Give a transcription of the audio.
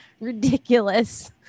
ridiculous